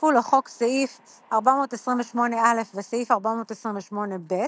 נוספו לחוק סעיף 428א וסעיף 428ב,